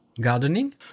Gardening